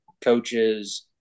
coaches